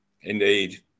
Indeed